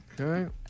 Okay